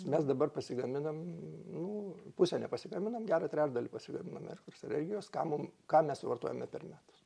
mes dabar pasigaminam nu pusę nepasigaminam gerą trečdalį pasigaminam elektros energijos ką mum ką mes suvartojame per metus